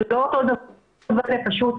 זה לא דבר כזה פשוט,